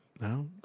No